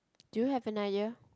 do you have an idea